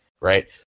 Right